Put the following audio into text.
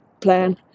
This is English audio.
plan